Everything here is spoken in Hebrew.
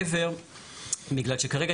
יהיו מוכנים לכל מה שמתעדכן באירופה.